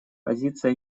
позиция